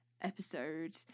episode